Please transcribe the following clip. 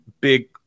big